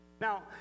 Now